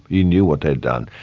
he knew what they'd done,